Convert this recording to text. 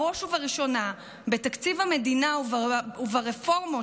בראש ובראשונה בתקציב המדינה וברפורמות